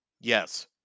Yes